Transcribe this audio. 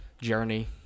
journey